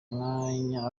umwanya